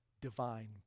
Divine